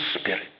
Spirit